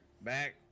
back